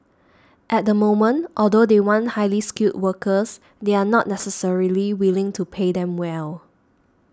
at the moment although they want highly skilled workers they are not necessarily willing to pay them well